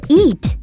eat